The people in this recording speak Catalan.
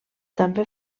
també